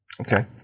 Okay